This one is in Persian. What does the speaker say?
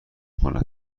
کند